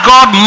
God